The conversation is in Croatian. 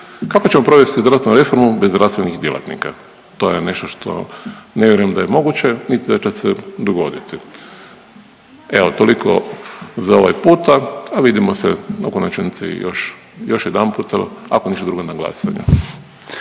kako ćemo provesti zdravstvenu reformu bez zdravstvenih djelatnika? To je nešto što ne vjerujem da je moguće, niti da će se dogoditi. Evo toliko za ovaj puta, a vidimo se u konačnici još jedanputa ako ništa drugo na glasanju.